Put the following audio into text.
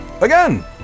Again